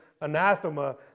anathema